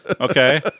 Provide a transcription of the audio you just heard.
okay